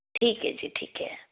ਠੀਕ ਹੈ ਜੀ ਠੀਕ ਹੈ